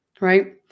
right